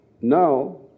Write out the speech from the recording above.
Now